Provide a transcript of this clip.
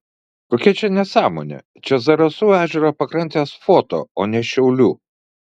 kokia čia nesąmonė čia zarasų ežero pakrantės foto o ne šiaulių